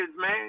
man